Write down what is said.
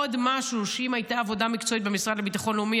עוד משהו שאם הייתה עבודה מקצועית במשרד לביטחון לאומי,